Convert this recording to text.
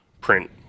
print